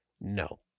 No